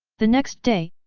the next day,